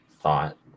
thought